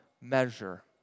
measure